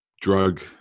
drug